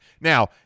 now